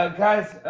ah guys,